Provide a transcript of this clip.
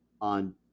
on